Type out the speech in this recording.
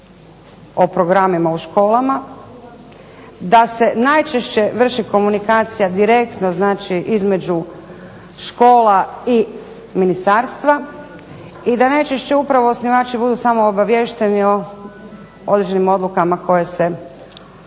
o programima u školama, da se najčešće vrši komunikacija direktno znači između škola i ministarstva i da najčešće osnivači budu samo obaviješteni o određenim odlukama koje se u